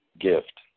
gift